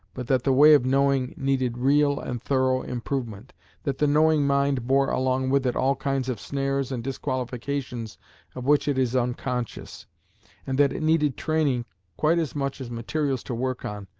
but that the way of knowing needed real and thorough improvement that the knowing mind bore along with it all kinds of snares and disqualifications of which it is unconscious and that it needed training quite as much as materials to work on,